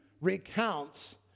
recounts